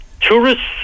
tourists